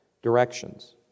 directions